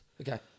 Okay